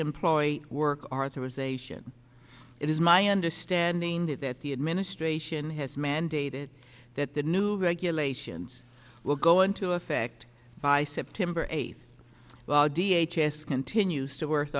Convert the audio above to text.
employee work arthur was asian it is my understanding that the administration has mandated that the new regulations will go into effect by september eighth while d h s continues to wor